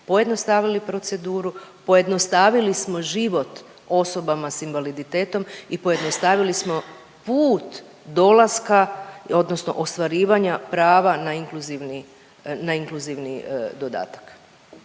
pojednostavili proceduru, pojednostavili smo život osobama sa invaliditetom i pojednostavili smo put dolaska odnosno ostvarivanja prava na inkluzivni dodatak.